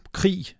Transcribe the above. krig